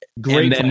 great